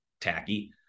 tacky